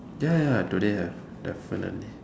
ya ya today have definitely